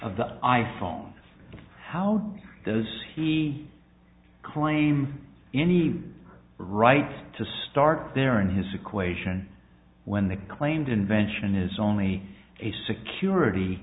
of the i phone how does he claim any right to start there in his equation when the claimed invention is only a security